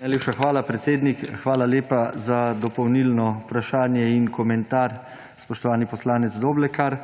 Najlepša hvala, predsednik. Hvala lepa za dopolnilno vprašanje in komentar, spoštovani poslanec Doblekar.